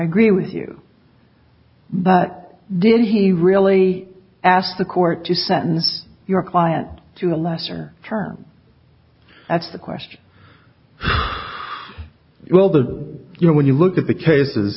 agree with you but did he really ask the court to sentence your client to a lesser term that's the question will the you know when you look at the cases